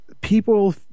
people